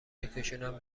بکشونم